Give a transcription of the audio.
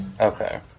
Okay